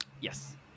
Yes